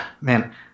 man